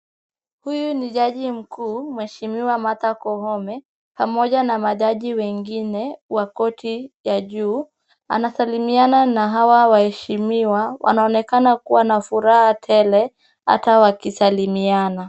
Huyu ni jaji mkuu mheshimiwa Martha Koome pamoja na majaji wengine wa koti ya juu. Anasalimiana na hawa waheshimiwa. Wanaonekana kuwa na furaha tele hata wakisalimiana.